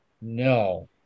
No